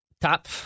top